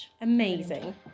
amazing